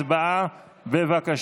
לא נתקבלה.